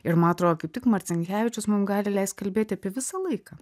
ir ma atro kaip tik marcinkevičius mum gali leist kalbėti apie visą laiką